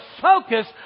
focus